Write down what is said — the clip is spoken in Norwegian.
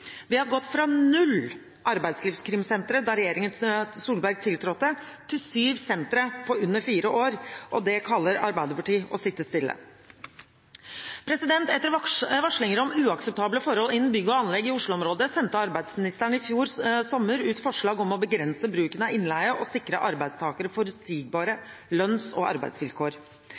Vi har gått fra null arbeidslivskrimsentre da regjeringen Solberg tiltrådte, til syv sentre på under fire år. Og det kaller Arbeiderpartiet å sitte stille. Etter varslinger om uakseptable forhold innen bygg og anlegg i Oslo-området sendte arbeidsministeren i fjor sommer ut forslag om å begrense bruken av innleie og sikre arbeidstakere forutsigbare lønns- og arbeidsvilkår.